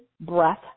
breath